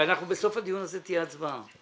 ובסוף הדיון הזה תהיה הצבעה.